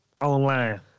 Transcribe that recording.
online